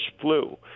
flu